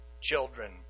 children